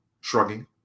shrugging